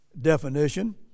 definition